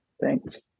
Thanks